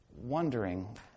wondering